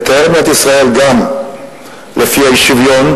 מתאר את מדינת ישראל גם לפי האי-שוויון,